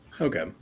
okay